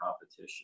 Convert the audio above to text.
competition